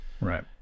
right